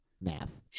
math